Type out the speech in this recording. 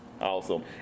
awesome